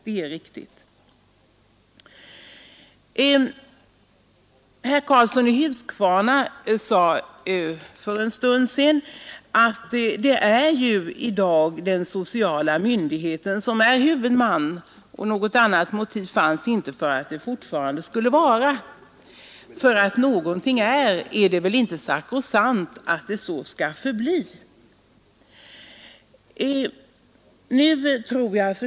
Herr Karlsson i Huskvarna sade för en stund sedan att det i dag är den sociala myndigheten som är förskolans huvudman och att det inte finns något motiv för att så inte i fortsättningen skulle vara fallet. Men denna ordning är väl inte sakrosankt och omöjlig att ändra på i framtiden bara därför att det nu är som det är.